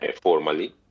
formally